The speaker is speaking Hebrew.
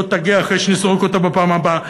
היא עוד תגיע אחרי שנזרוק אותה בפעם הבאה?